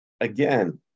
Again